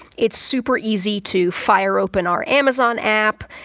it's super-easy to fire open our amazon app.